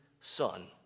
son